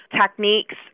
techniques